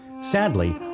Sadly